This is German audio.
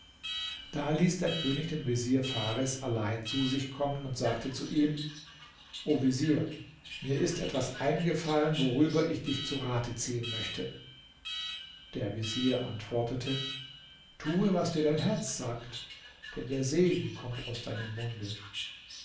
da ließ der könig den vezier fares allein zu sich kommen und sagte zu ihm o vezier mir ist etwas eingefallen worüber ich dich zu rate ziehen möchte der vezier antwortete tue was dir dein herz sagt denn der segen kommt aus deinem munde